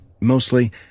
mostly